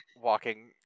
walking